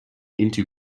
into